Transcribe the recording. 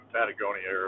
Patagonia